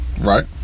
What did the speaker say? Right